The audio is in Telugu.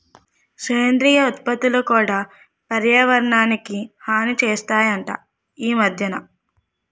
సేంద్రియ ఉత్పత్తులు కూడా పర్యావరణానికి హాని సేస్తనాయట ఈ మద్దెన